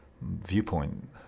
viewpoint